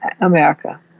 America